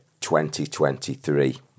2023